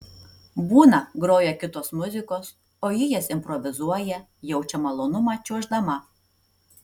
būna groja kitos muzikos o ji jas improvizuoja jaučia malonumą čiuoždama